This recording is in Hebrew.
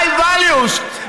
high values,